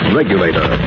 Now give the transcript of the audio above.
regulator